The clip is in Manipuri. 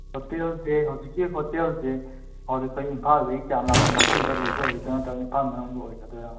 ꯍꯣꯇꯦꯜꯁꯦ ꯍꯧꯖꯤꯛꯀꯤ ꯍꯣꯇꯦꯜꯁꯦ ꯑꯩꯈꯣꯏ ꯏꯝꯐꯥꯜꯗꯩ ꯀꯌꯥꯝ ꯂꯥꯞꯄ ꯃꯐꯃꯗ ꯂꯩꯕ ꯑꯣꯏꯒꯗꯣꯏꯅꯣ ꯅꯠꯇ꯭ꯔꯒ ꯏꯝꯐꯥꯜ ꯃꯅꯨꯡꯗ ꯑꯣꯏꯒꯗꯣꯏꯔ